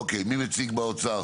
אוקיי, מי מציג באוצר?